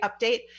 update